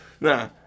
nah